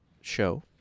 show